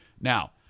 Now